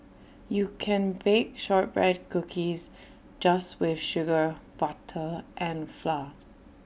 you can bake Shortbread Cookies just with sugar butter and flour